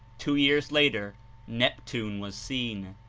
two years later neptune was seen.